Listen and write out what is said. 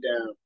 down